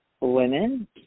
women